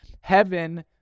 heaven